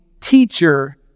teacher